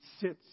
sits